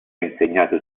insegnato